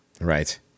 Right